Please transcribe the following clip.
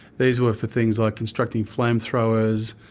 these were for things like constructing flamethrowers,